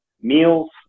meals